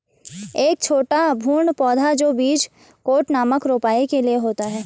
एक छोटा भ्रूण पौधा जो बीज कोट नामक रोपाई के लिए होता है